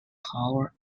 tower